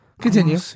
Continue